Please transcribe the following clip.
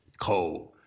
Cold